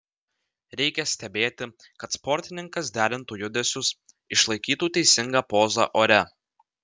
reikia stebėti kad sportininkas derintų judesius išlaikytų teisingą pozą ore